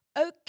Okay